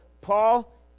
Paul